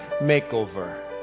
makeover